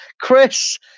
Chris